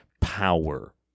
power